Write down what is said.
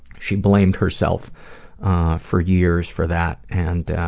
she blamed herself for years for that and